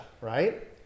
right